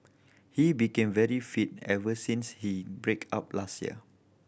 he became very fit ever since he break up last year